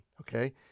Okay